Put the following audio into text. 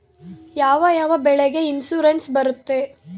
ಯಾವ ಯಾವ ಬೆಳೆಗೆ ಇನ್ಸುರೆನ್ಸ್ ಬರುತ್ತೆ?